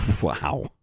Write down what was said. Wow